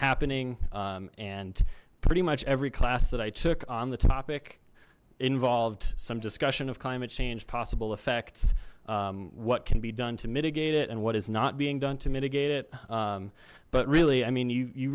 happening and pretty much every class that i took on the topic involved some discussion of climate change possible effects what can be done to mitigate it and what is not being done to mitigate it but really i mean you you